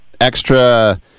extra